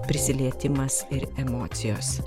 prisilietimas ir emocijos